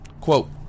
Quote